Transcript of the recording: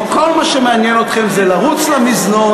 או כל מה שמעניין אתכם זה לרוץ למזנון,